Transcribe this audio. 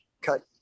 cut